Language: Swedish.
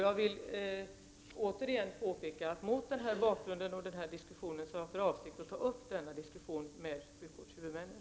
Jag vill återigen påpeka att mot denna bakgrund har jag för avsikt att ta upp denna diskussion med sjukvårdshuvudmännen.